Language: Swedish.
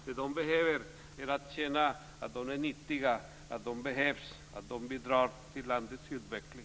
Det de behöver är att känna att de är nyttiga, att de behövs, att de bidrar till landets utveckling.